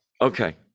Okay